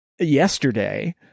Yesterday